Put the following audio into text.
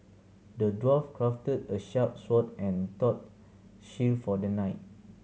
the dwarf crafted a sharp sword and tough shield for the knight